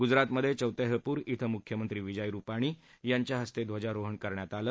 गुजरातमधे चौतैहपूर ब्रिं मुख्यमंत्री विजय रुपानी यांच्याहस्ते ध्वजारोहण करण्यात आलं